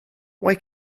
why